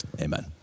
amen